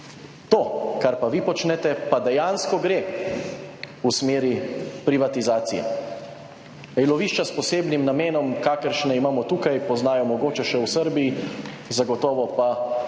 To, kar pa vi počnete, pa dejansko gre v smeri privatizacije. Delovišča s posebnim namenom, kakršne imamo tukaj, poznajo mogoče še v Srbiji, zagotovo pa drugje